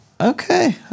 Okay